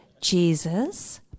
Jesus